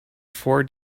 four